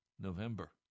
November